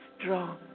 strong